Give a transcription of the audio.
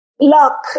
Luck